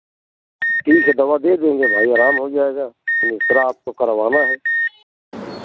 ठीक है दवा देंगे भाई आराम हो जाएगा एक्स रे आपको करवाना है